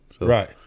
Right